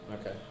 Okay